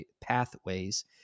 pathways